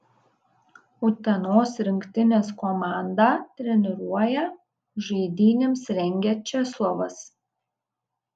utenos rinktinės komandą treniruoja žaidynėms rengia česlovas